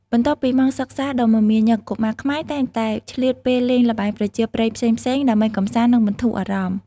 បន្ទាប់ពីម៉ោងសិក្សាដ៏មមាញឹក កុមារខ្មែរតែងតែឆ្លៀតពេលលេងល្បែងប្រពៃណីផ្សេងៗ ដើម្បីកម្សាន្ត និងបន្ធូរអារម្មណ៍។